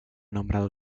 nombrado